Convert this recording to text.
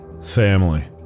family